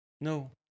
No